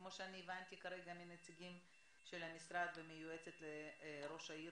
כמו שהבנתי כרגע מהנציגים של המשרד ומיועצת ראש העיר,